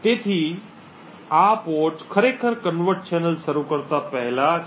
તેથી આ પોર્ટ ખરેખર convert ચેનલ શરૂ કરતા પહેલા છે